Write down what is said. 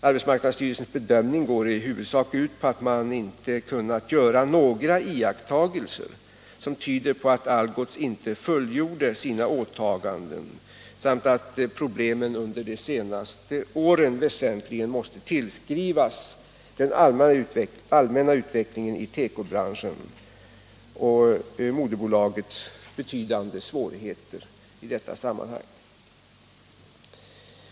Arbetsmarknadsstyrelsens bedömning går i huvudsak ut på att man inte har kunnat göra några iakttagelser som tyder på att Algots inte fullgjorde sina åtaganden samt att problemen under de senaste åren väsentligen måste tillskrivas den allmänna utvecklingen inom tekobranschen och moderbolagets betydande svårigheter i detta sammanhang.